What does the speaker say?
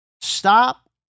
stop